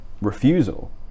refusal